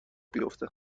بیفته